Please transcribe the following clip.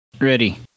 Ready